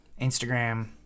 Instagram